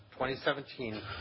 2017